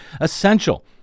essential